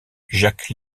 jacques